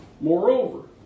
Moreover